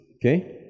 okay